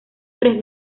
tres